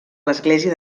l’església